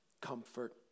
comfort